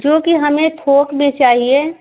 क्योंकी हमें थोक में चाहिए